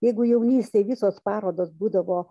jeigu jaunystėj visos parodos būdavo